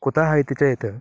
कुतः इति चेत्